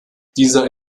dieser